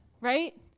right